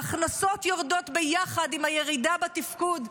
ההכנסות יורדות ביחד עם הירידה בתפקוד.